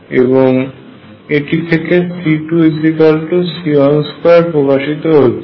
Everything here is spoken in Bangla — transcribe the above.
এবং এটি থেকে C2C12 প্রকাশিত হয়